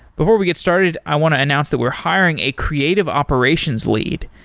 before we get started, i want to announce that we're hiring a creative operations lead.